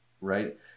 right